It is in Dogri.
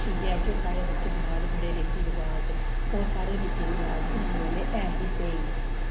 इ'यै कि साढ़े बिच्च ब्याह् दे बड़े रीति रवाज़ न ओह् साढ़े रीति रवाज़ हिन्दूएं दे ऐ बी स्हेई न